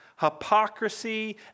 hypocrisy